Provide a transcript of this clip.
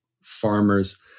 farmers